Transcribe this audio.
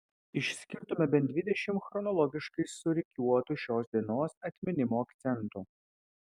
išskirtume bent dvidešimt chronologiškai surikiuotų šios dienos atminimo akcentų